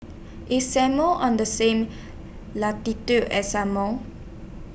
IS Samoa on The same latitude as Samoa